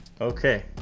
Okay